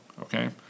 Okay